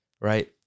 right